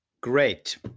Great